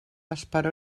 esperó